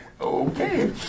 Okay